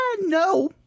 no